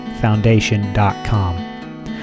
foundation.com